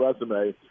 resume